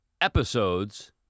episodes